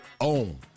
own